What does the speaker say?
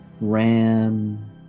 Ram